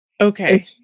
Okay